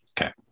Okay